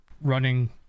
running